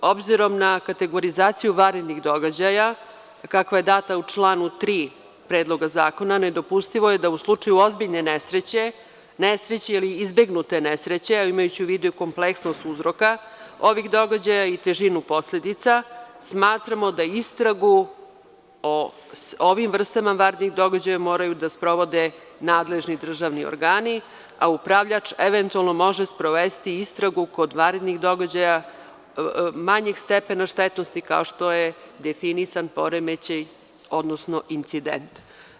S obzirom na kategorizaciju vanrednih događaja kakva je data u članu 3. predloga zakona, nedopustivo je da u slučaju ozbiljne nesreće ili izbegnute nesreće, imajući u vidu i kompleksnost uzroka ovih događaja i težinu posledica, smatramo da istragu o ovim vrstama vanrednih događaja moraju da sprovode nadležni državni organi, a upravljač eventualno može sprovesti istragu kod vanrednih događaja manjeg stepena štetnosti, kao što je definisan poremećaj odnosno incident.